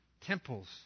temples